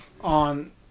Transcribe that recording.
on